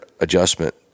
adjustment